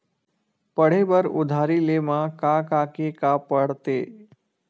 पढ़े बर उधारी ले मा का का के का पढ़ते?